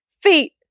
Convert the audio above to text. feet